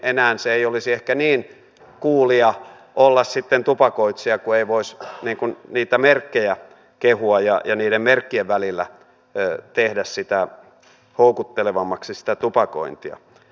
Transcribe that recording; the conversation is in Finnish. enää se ei olisi ehkä niin coolia olla sitten tupakoitsija kun ei voisi niitä merkkejä kehua ja niiden merkkien välillä tehdä houkuttelevammaksi sitä tupakointia